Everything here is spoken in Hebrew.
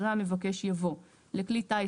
אחרי "המבקש" יבוא "לכלי טיס,